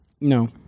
No